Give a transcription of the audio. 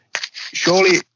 surely